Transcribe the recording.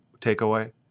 takeaway